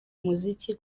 muziki